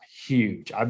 huge